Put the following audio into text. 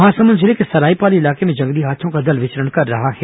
महासमुद जिले के सरायपाली इलाके में जंगली हाथियों का दल विचरण कर रहा है